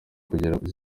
kandi